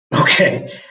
Okay